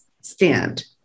stand